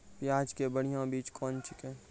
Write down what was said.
प्याज के बढ़िया बीज कौन छिकै?